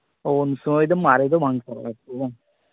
ᱚ ᱩᱱ ᱥᱚᱢᱚᱭ ᱫᱚ ᱢᱟᱨᱮ ᱵᱟᱝ ᱛᱟᱦᱮᱸᱞᱮᱱᱟ ᱟᱨ ᱠᱤ ᱵᱟᱝ